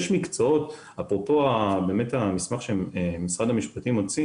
יש מקצועות, אפרופו המסמך שמשרד המשפטים הוציא